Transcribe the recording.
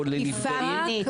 או אלימות,